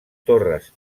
torres